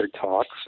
talks